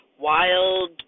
wild